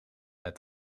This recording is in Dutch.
met